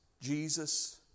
Jesus